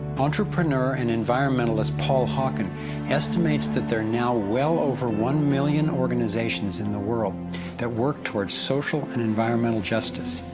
entrepreneur and environmentalist paul hawken estimates that there are now well over one million organizations in the world that work toward social and environmental justice,